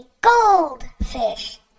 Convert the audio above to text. goldfish